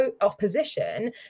opposition